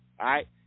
right